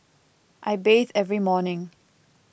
I bathe every morning